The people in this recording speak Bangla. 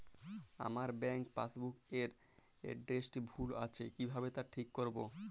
আমার ব্যাঙ্ক পাসবুক এর এড্রেসটি ভুল আছে কিভাবে তা ঠিক করবো?